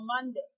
Monday